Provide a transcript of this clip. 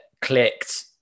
clicked